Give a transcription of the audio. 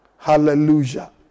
Hallelujah